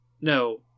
No